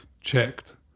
checked